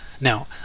Now